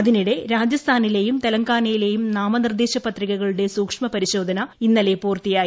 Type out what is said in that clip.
അതിനിടെ രാജസ്ഥാനിലെയും തെലങ്കാനയിലെയും നാമനിർദ്ദേശ പത്രികകളുടെ സൂക്ഷ്മ പരിശോധന ഇന്നലെ പൂർത്തിയായി